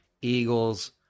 Eagles